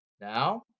now